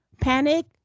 panic